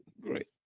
great